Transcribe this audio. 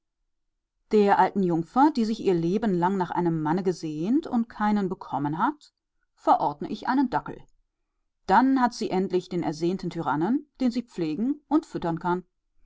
der alten jungfer die sich ihr leben lang nach einem manne gesehnt und keinen bekommen hat verordne ich einen dackel dann hat sie endlich den ersehnten tyrannen den sie pflegen und füttern kann